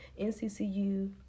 NCCU